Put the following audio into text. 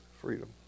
freedom